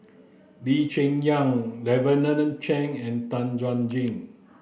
Lee Cheng Yan Lavender Chang and Tan Chuan Jin